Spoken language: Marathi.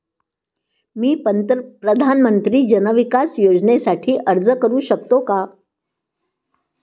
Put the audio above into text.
मी प्रधानमंत्री जन विकास योजनेसाठी अर्ज करू शकतो का?